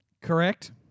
Correct